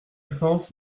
sens